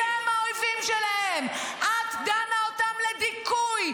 אתם משחררים אותם מחמאס כדי לשלוח אותם למוות.